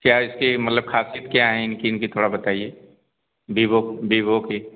क्या इसकी मतलब ख़ासियत क्या है इनकी इनकी थोड़ा बताइए बिवो बिवो की